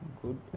good